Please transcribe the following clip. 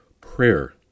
Prayer